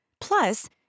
plus